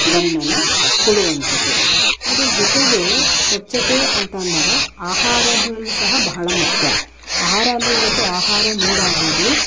ಗಮನ ಕೊಡುವಂಥದ್ದು ಅದರ ಜೊತೆಗೆ ಸ್ವಚ್ಛತೆ ಅಂತಂದಾಗ ಆಹಾರದಲ್ಲಿ ಸಹ ಬಹಳ ಮುಖ್ಯ ಆಹಾರ ಅಂದರೆ ಇವತ್ತು ಆಹಾರ ನೀರಾಗ್ಬೋದು